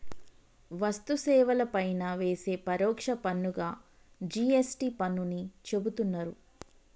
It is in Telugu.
వస్తు సేవల పైన వేసే పరోక్ష పన్నుగా జి.ఎస్.టి పన్నుని చెబుతున్నరు